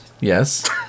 Yes